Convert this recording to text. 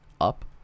up